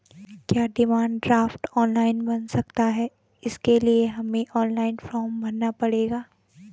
क्या demand draft online बन सकता है इसके लिए हमें ऑनलाइन फॉर्म भरना पड़ेगा?